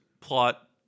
plot